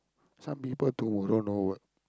some people tomorrow no work